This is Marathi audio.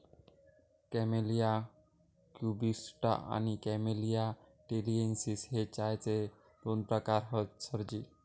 कॅमेलिया प्यूबिकोस्टा आणि कॅमेलिया टॅलिएन्सिस हे चायचे दोन प्रकार हत सरजी